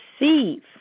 receive